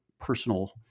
personal